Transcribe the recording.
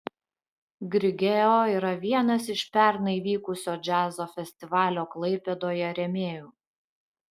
grigeo yra vienas iš pernai vykusio džiazo festivalio klaipėdoje rėmėjų